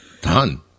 Done